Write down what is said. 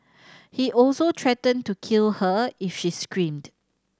he also threatened to kill her if she screamed